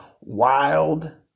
wild